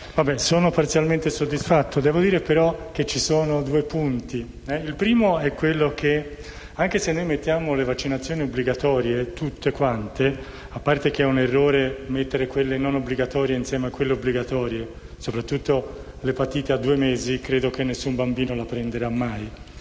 Sono parzialmente soddisfatto. Devo evidenziare però due punti. Il primo, è quello che anche se noi mettiamo tutte le vaccinazioni obbligatorie - a parte che è un errore mettere quelle non obbligatorie insieme a quelle obbligatorie, soprattutto l'epatite a due mesi, che credo nessun bambino prenderà mai